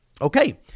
Okay